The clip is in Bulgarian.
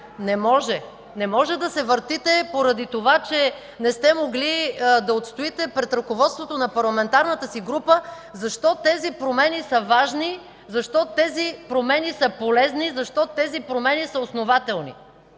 Не може! Не може да се въртите поради това, че не сте могли да отстоите пред ръководството на парламентарната си група защо тези промени са важни, защо тези промени са полезни, защо тези промени са основателни.